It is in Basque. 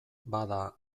bada